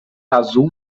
azul